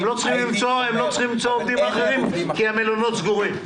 הייתי --- הם לא צריכים למצוא עובדים אחרים כי המלונות סגורים.